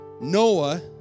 Noah